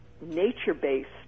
nature-based